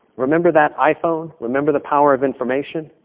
remember that iphone? remember the power of information?